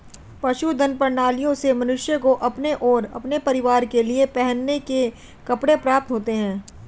पशुधन प्रणालियों से मनुष्य को अपने और अपने परिवार के लिए पहनने के कपड़े प्राप्त होते हैं